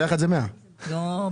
ביחד זה 100. לא,